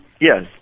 Yes